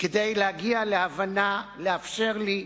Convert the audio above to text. כדי להגיע להבנה, לאפשר לי,